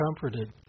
comforted